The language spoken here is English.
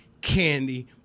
candy